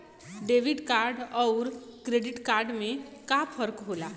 Debit card अउर credit card में का फर्क होला?